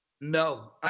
No